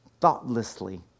thoughtlessly